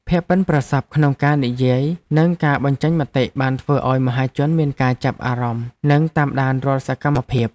ភាពប៉ិនប្រសប់ក្នុងការនិយាយនិងការបញ្ចេញមតិបានធ្វើឱ្យមហាជនមានការចាប់អារម្មណ៍និងតាមដានរាល់សកម្មភាព។